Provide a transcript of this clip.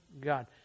God